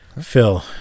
Phil